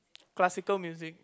classical music